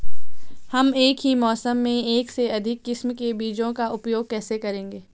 हम एक ही मौसम में एक से अधिक किस्म के बीजों का उपयोग कैसे करेंगे?